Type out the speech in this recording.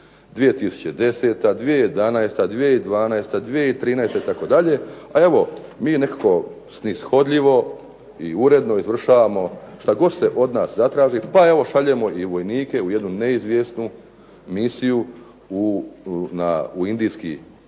2010., 2011., 2012., 2013. itd. a evo mi nekako snishodljivo i uredno izvršavamo šta god se od nas zatraži pa evo šaljemo i vojnike u jednu neizvjesnu misiju u Indijski